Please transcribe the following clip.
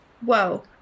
whoa